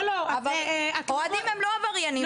אוהדים הם לא עבריינים.